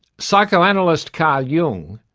psychoanalyst carl jung,